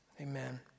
amen